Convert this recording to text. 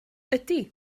ydy